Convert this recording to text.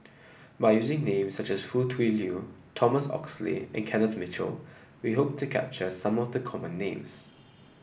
by using names such as Foo Tui Liew Thomas Oxley and Kenneth Mitchell we hope to capture some of the common names